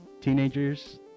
Teenagers